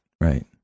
right